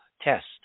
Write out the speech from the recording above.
test